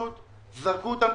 זרקו אותם.